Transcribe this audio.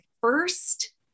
first